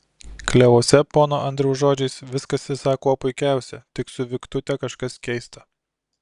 klevuose pono andriaus žodžiais viskas esą kuo puikiausia tik su viktute kažkas keista